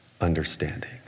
understanding